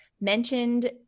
mentioned